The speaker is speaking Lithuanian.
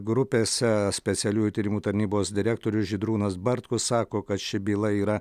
grupėse specialiųjų tyrimų tarnybos direktorius žydrūnas bartkus sako kad ši byla yra